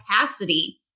capacity